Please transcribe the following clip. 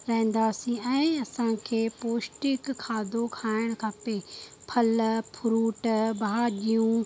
रहंदासी ऐं असांखे पोष्टिक खाधो खाइणु खपे फल फ्रूट भाॼियूं